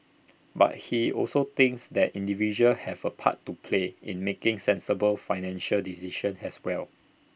but he also thinks that individuals have A part to play in making sensible financial decisions as well